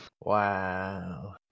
Wow